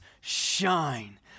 shine